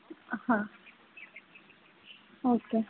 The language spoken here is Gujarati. હા ઓકે